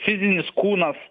fizinis kūnas